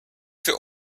für